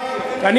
שמענו אתכם.